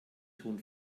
ton